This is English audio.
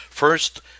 First